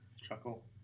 chuckle